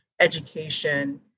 education